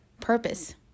Purpose